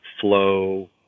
flow